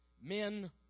men